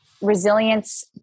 resilience